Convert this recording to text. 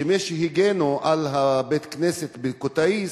שמי שהגנו על בית-הכנסת בקוטאיסי,